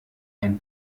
ein